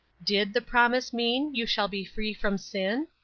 did the promise mean, you shall be free from sin?